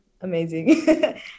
amazing